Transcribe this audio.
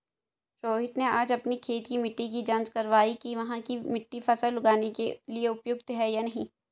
रोहित ने आज अपनी खेत की मिट्टी की जाँच कारवाई कि वहाँ की मिट्टी फसल उगाने के लिए उपयुक्त है या नहीं